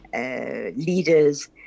leaders